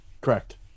Correct